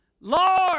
Lord